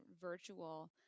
virtual